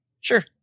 Sure